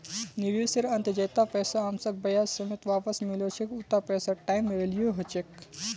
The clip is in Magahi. निवेशेर अंतत जैता पैसा हमसाक ब्याज समेत वापस मिलो छेक उता पैसार टाइम वैल्यू ह छेक